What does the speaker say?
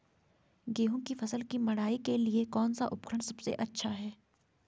गेहूँ की फसल की मड़ाई के लिए कौन सा उपकरण सबसे अच्छा है?